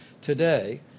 today